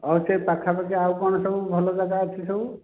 ଆଉ ସେ ପାଖାପାଖି ଆଉ କ'ଣ ସବୁ ଭଲ ଜାଗା ଅଛି ସବୁ